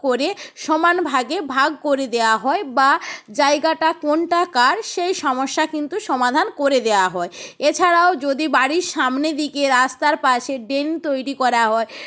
করে সমান ভাগে ভাগ করে দেওয়া হয় বা জায়গাটা কোনটা কার সেই সমস্যা কিন্তু সমাধান করে দেওয়া হয় এছাড়াও যদি বাড়ির সামনে দিকে রাস্তার পাশে ড্রেন তৈরি করা হয়